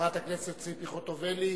חברת הכנסת ציפי חוטובלי בבקשה.